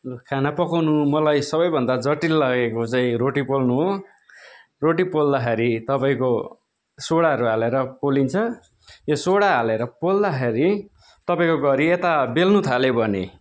खाना पकाउनु मलाई सबैभन्दा जटिल लागेको चाहिँ रोटी पोल्नु हो रोटी पोल्दाखेरि तपाईँको सोडाहरू हालेर पोलिन्छ यो सोडा हालेर पोल्दाखेरि तपाईँको घरि यता बेल्नु थाल्यो भने